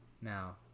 Now